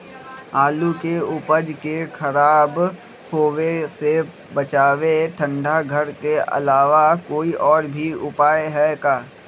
आलू के उपज के खराब होवे से बचाबे ठंडा घर के अलावा कोई और भी उपाय है का?